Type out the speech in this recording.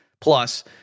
plus